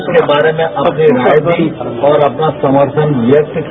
उसके बारे में अपनी राय दी और अपना समर्थन व्यक्त किया